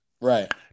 Right